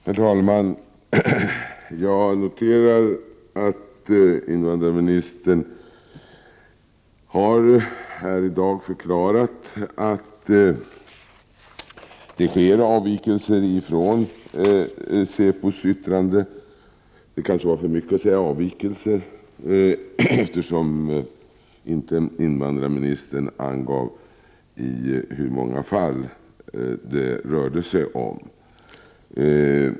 Herr talman! Jag noterar att invandrarministern i dag har förklarat att det sker avvikelser från säpos yttranden. Det kanske är för mycket att säga avvikelser, eftersom invandrarministern inte angav hur många fall det rör sig om.